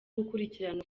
gukurikirana